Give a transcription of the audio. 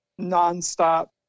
nonstop